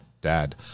Dad